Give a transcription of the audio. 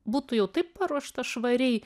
būtų jau taip paruošta švariai